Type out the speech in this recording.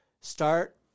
Start